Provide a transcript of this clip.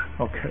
Okay